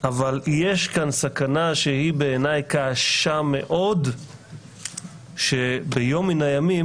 אבל יש כאן סכנה שהיא בעיניי קשה מאוד שביום מן הימים